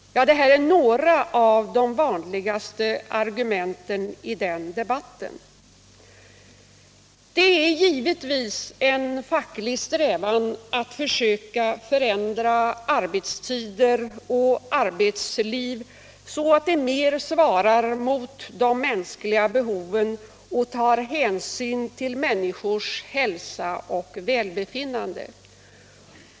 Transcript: Ja, det här är några av de vanligaste argumenten i debatten. Det är givetvis en facklig strävan att försöka förändra arbetstider och arbetsliv så att de mer svarar mot de mänskliga behoven och tar hänsyn till människors hälsa och välbefinnande.